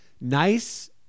nice